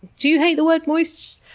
do you hate the word moist?